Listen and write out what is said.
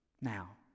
Now